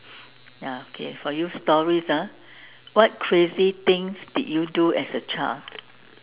ya okay for you stories ah what crazy things did you do as a child